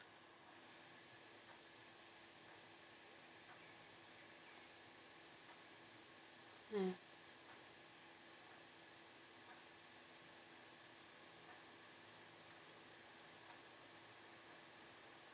mm